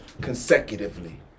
consecutively